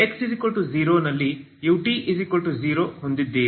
ಆದ್ದರಿಂದ ನೀವು x 0 ನಲ್ಲಿ ut0 ಅನ್ನು ಹೊಂದಿದ್ದೀರಿ